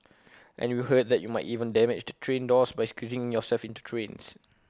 and we heard that you might even damage the train doors by squeezing yourself into trains